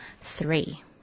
Three